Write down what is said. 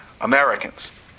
Americans